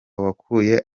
wakuye